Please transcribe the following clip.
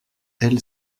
elle